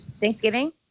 Thanksgiving